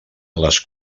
les